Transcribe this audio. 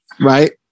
right